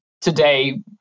Today